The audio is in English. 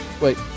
Wait